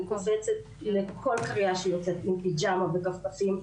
אני קופצת לכל קריאה שיוצאת עם פיג'מה וכפכפים,